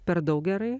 per daug gerai